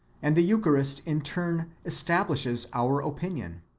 and the eucharist in turn establishes our opinion.